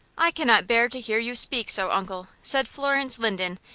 i cannot bear to hear you speak so, uncle, said florence linden,